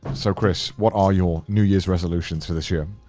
so chris, what are your new year's resolutions for this year?